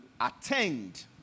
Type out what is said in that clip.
attend